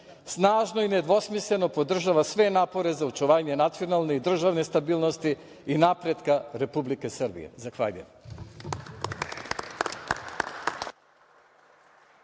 snažno i nedvosmisleno podržava sve napore za očuvanje nacionalne i državne stabilnosti i napretka Republike Srbije. Zahvaljujem.